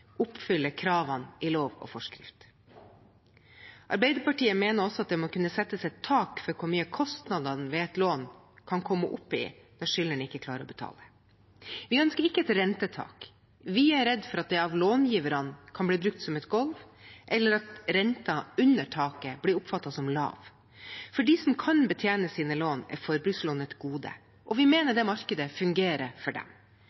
kravene i lov og forskrift. Arbeiderpartiet mener også det må kunne settes et tak for hvor mye kostnadene ved et lån kan komme opp i, når skyldneren ikke klarer å betale. Vi ønsker ikke et rentetak. Vi er redd for at det av långiverne kan bli brukt som et gulv, eller at renter under taket blir oppfattet som lave. For dem som kan betjene sine lån, er forbrukslån et gode, og vi mener markedet fungerer for dem.